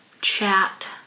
chat